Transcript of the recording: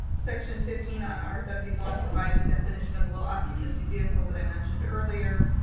section fifteen on r seventy one provides a definition of low occupancy vehicles that i mentioned earlier.